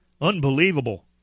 Unbelievable